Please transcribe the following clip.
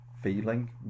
feeling